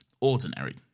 Ordinary